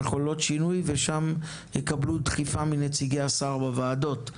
מחוללות שינוי ושם יקבלו דחיפה מנציגי השר בוועדות.